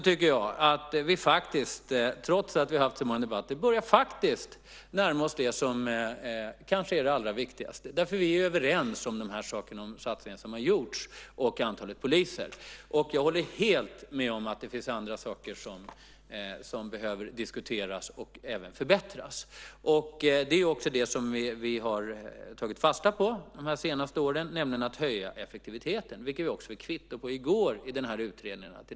Trots att vi haft många debatter tycker jag faktiskt att vi nu börjar närma oss det som kanske är det allra viktigaste. Vi är nämligen överens om detta med satsningarna som har gjorts och antalet poliser. Jag håller helt med om att det finns andra saker som behöver diskuteras och även förbättras. Det är också detta vi tagit fasta på de senaste åren, nämligen att höja effektiviteten. Att det är det som behövs fick vi också kvitto på i går i den här utredningen.